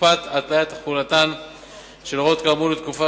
תקופת התליית תחולתן של ההוראות כאמור לתקופה